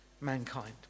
mankind